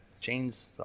Chains